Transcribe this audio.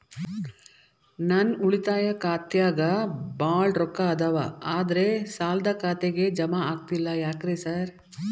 ನನ್ ಉಳಿತಾಯ ಖಾತ್ಯಾಗ ಬಾಳ್ ರೊಕ್ಕಾ ಅದಾವ ಆದ್ರೆ ಸಾಲ್ದ ಖಾತೆಗೆ ಜಮಾ ಆಗ್ತಿಲ್ಲ ಯಾಕ್ರೇ ಸಾರ್?